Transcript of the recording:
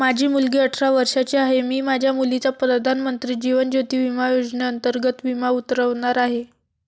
माझी मुलगी अठरा वर्षांची आहे, मी माझ्या मुलीचा प्रधानमंत्री जीवन ज्योती विमा योजनेअंतर्गत विमा उतरवणार आहे